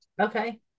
Okay